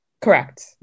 Correct